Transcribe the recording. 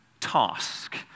task